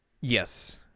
Yes